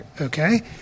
Okay